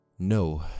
No